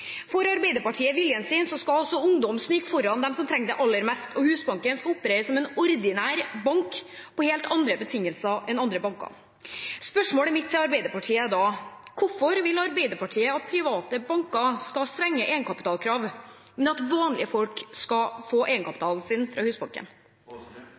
Får Arbeiderpartiet viljen sin, skal altså ungdom snike foran dem som trenger det aller mest, og Husbanken skal operere som en ordinær bank på helt andre betingelser enn andre banker. Spørsmålet mitt til Arbeiderpartiet er da: Hvorfor vil Arbeiderpartiet at private banker skal ha strenge egenkapitalkrav, men at vanlige folk skal få